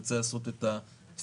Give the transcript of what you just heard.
תרצה לשמוע הסתייגויות?